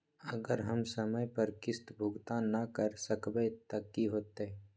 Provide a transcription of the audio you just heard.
अगर हम समय पर किस्त भुकतान न कर सकवै त की होतै?